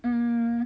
hmm